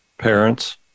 parents